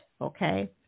okay